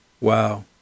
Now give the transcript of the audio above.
wow